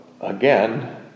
again